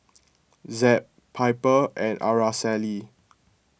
Zeb Piper and Araceli